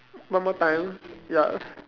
one more time ya